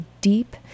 deep